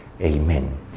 Amen